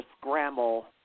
Scramble